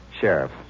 Sheriff